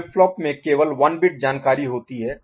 flip flop में केवल 1 bit जानकारी होती है